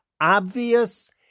Obvious